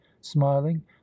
smiling